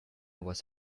was